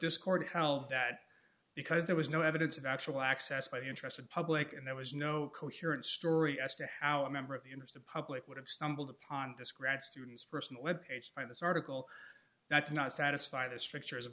this court held that because there was no evidence of actual access by the interested public and there was no coherent story as to how a member of the interest the public would have stumbled upon this grad students personal web page by this article that's not satisfy the strictures